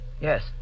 Yes